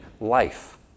life